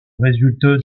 résultat